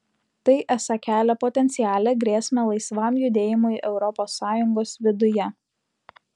tai esą kelia potencialią grėsmę laisvam judėjimui europos sąjungos viduje